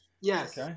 Yes